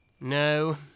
No